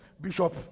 bishop